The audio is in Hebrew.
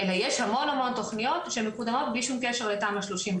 אלא יש המון תכניות שמקודמות בלי שום קשר לתמ"א 38,